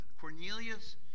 Cornelius